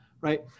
right